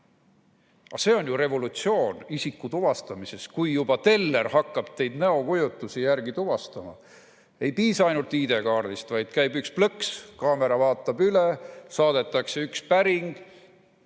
see on ju revolutsioon isikutuvastamises, kui juba teller hakkab teid näokujutise järgi tuvastama. Ei piisa ainult ID‑kaardist, vaid käib plõks, kaamera vaatab üle, saadetakse päring.